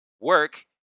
work